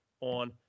on